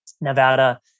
Nevada